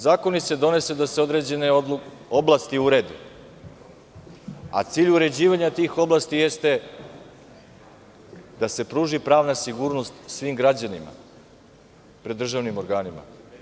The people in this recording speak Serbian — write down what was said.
Zakoni se donose da se određene oblasti urede, a cilj uređivanja tih oblasti je da se pruži pravna sigurnost svim građanima pred državnim organima.